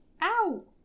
Ow